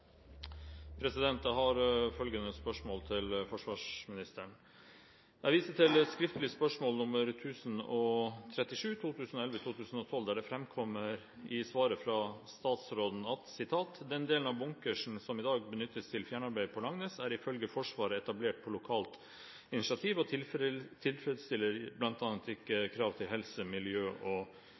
bortreist. Jeg har følgende spørsmål til forsvarsministeren: «Viser til skriftlig spørsmål nr. 1 037 der det fremkommer i svaret fra statsråden at «den delen av bunkeren som i dag benyttes til fjernarbeid på Langnes er ifølge Forsvaret etablert på lokalt initiativ og tilfredsstiller bl.a. ikke krav til helse, miljø og